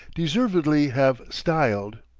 deservedly have styled.